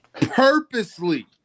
purposely